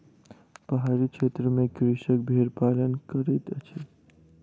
पहाड़ी क्षेत्र में कृषक भेड़ पालन करैत अछि